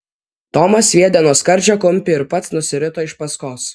tomas sviedė nuo skardžio kumpį ir pats nusirito iš paskos